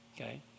Okay